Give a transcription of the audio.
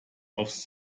aufs